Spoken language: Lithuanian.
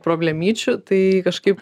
problemyčių tai kažkaip